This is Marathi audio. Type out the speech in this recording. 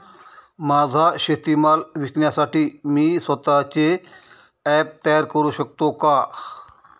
माझा शेतीमाल विकण्यासाठी मी स्वत:चे ॲप तयार करु शकतो का?